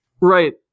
Right